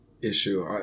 issue